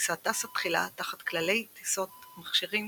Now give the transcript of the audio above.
הטיסה טסה תחילה תחת כללי טיסת מכשירים